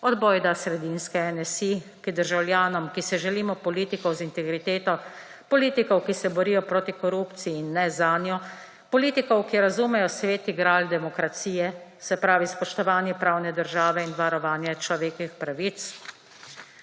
od bojda sredinske NSi, ki državljanom, ki si želimo politikov z integriteto, politikov, ki se borijo proti korupciji in ne zanjo, politikov, ki razumejo sveti gral demokracije, se pravi spoštovanje pravne države in varovanja človekovih pravic?